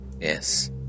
Yes